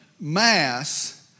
mass